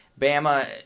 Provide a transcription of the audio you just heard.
Bama